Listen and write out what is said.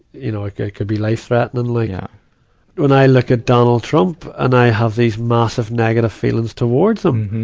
you know, like ah it could be life threatening. like, when i look at donald trump, and i have these massive negative feelings towards him.